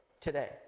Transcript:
today